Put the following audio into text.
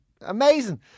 Amazing